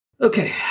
Okay